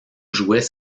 jouait